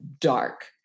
dark